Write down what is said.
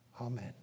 Amen